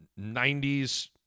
90s